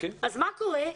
אז מה קורה?